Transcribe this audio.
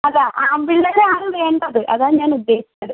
അത് ആൺപിള്ളേരെയാണ് വേണ്ടത് അതാണ് ഞാനുദ്ദേശിച്ചത്